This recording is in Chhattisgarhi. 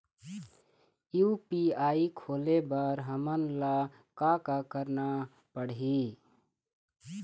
यू.पी.आई खोले बर हमन ला का का करना पड़ही?